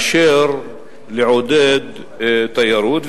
מאשר לעודד תיירות.